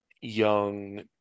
young